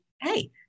Hey